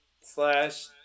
slash